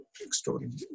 extraordinary